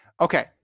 okay